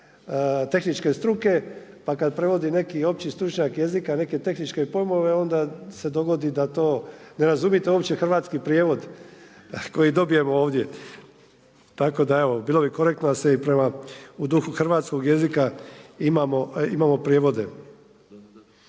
tehničke struke, pa kad prevodi neki opći stručnjak jezika, neke tehničke pojmove, onda se dogodi da to ne razumite uopće hrvatski prijevod koji dobijemo ovdje. Tako da evo, bilo bi korektno, da se i prema u duhu hrvatskog jezika, imamo prijevode.